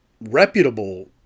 reputable